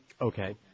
okay